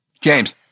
James